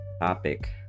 topic